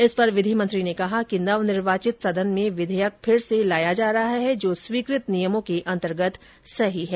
इस पर विधि मंत्री ने कहा कि नव निर्वाचित सदन में विधेयक फिर से लाया जा रहा है जो स्वीकृत नियमों के अंतर्गत सही है